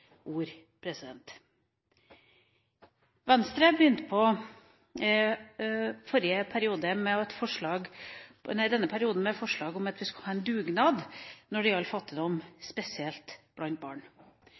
Venstre begynte denne perioden med et forslag om at vi skulle ha en dugnad når det gjaldt fattigdom,